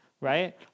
right